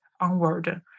onward